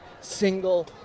single